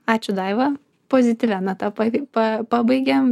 ačiū daiva pozityvia nata pa pa pabaigėm